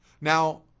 Now